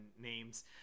names